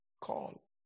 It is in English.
call